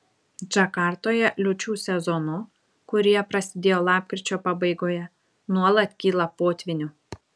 džakartoje liūčių sezonu kurie prasidėjo lapkričio pabaigoje nuolat kyla potvynių